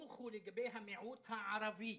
החינוך הוא לגבי המיעוט הערבי.